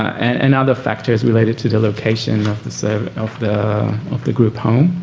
and other factors related to the location of the of the of the group home.